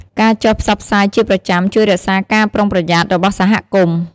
ការចុះផ្សព្វផ្សាយជាប្រចាំជួយរក្សាការប្រុងប្រយ័ត្ន របស់សហគមន៍។